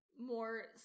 more